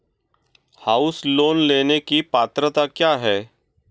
House loan लेने की पात्रता क्या है?